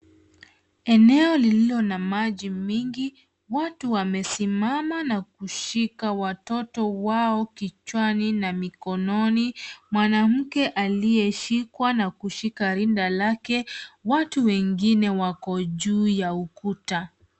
Eneo lililo na maji mingi, watu wamesimama na kushika watoto wao kichwani na mikononi. Mwanamke aliyeshikwa na kushika rinda lake. Watu wengine wako juu ya ukuta.